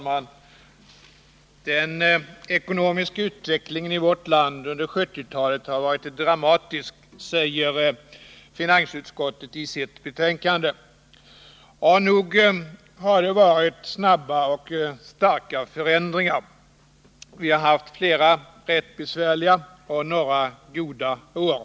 Fru talman! Den ekonomiska utvecklingen i vårt land under 1970-talet har varit dramatisk, säger finansutskottet i sitt betänkande. Och nog har det varit snabba och starka förändringar. Vi har haft flera rätt besvärliga och några goda år.